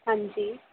ਹਾਂਜੀ